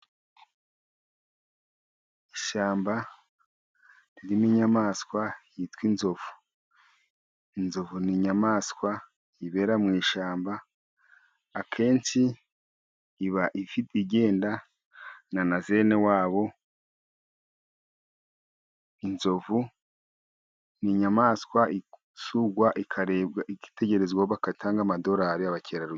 Ishyamba ririmo inyamaswa yitwa inzovu. Inzovu ni inyamaswa yibera mu ishyamba, akenshi iba igendana na zene wabo. Inzovu ni inyamaswa isurwa, ikarebwa, igitegezwa bakatanga amadolari abaabakerarugendo..